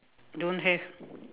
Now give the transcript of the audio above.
don't have